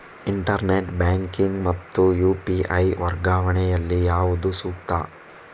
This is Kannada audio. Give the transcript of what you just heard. ಇಂಟರ್ನೆಟ್ ಬ್ಯಾಂಕಿಂಗ್ ಮತ್ತು ಯು.ಪಿ.ಐ ವರ್ಗಾವಣೆ ಯಲ್ಲಿ ಯಾವುದು ಸೂಕ್ತ?